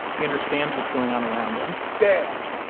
he understands what's going on around him death.